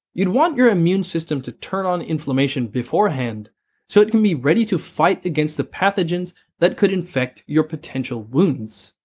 you'd want your immune system to turn on inflammation beforehand so it can be ready to fight against the pathogens that could infect your potential wounds.